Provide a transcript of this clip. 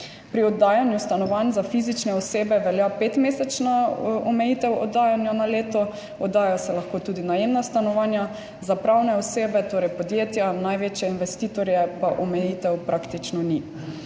Pri oddajanju stanovanj za fizične osebe velja petmesečna omejitev oddajanja na leto, oddajajo se lahko tudi najemna stanovanja. Za pravne osebe, torej podjetja, največje investitorje, pa omejitev praktično ni.